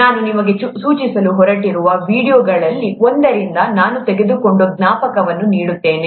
ನಾನು ನಿಮಗೆ ಸೂಚಿಸಲು ಹೊರಟಿರುವ ವೀಡಿಯೊಗಳಲ್ಲಿ ಒಂದರಿಂದ ನಾನು ತೆಗೆದುಕೊಂಡ ಜ್ಞಾಪಕವನ್ನು ನೀಡುತ್ತೇನೆ